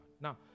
Now